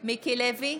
מיקי לוי,